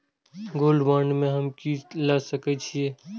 Gold bond में हम की ल सकै छियै?